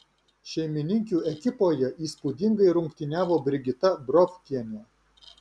šeimininkių ekipoje įspūdingai rungtyniavo brigita brovkienė